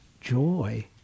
joy